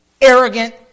arrogant